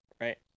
right